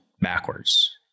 backwards